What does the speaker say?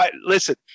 listen